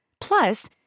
Plus